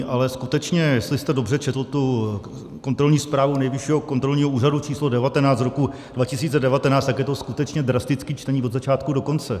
Ale skutečně, jestli jste dobře četl tu kontrolní zprávu Nejvyššího kontrolního úřadu č. 19 z roku 2019, tak je to skutečně drastické čtení od začátku do konce.